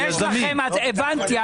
הבנתי.